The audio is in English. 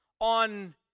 on